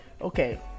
Okay